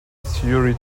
theory